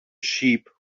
sheep